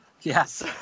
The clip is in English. Yes